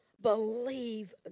Believe